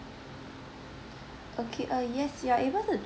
okay uh yes you are able to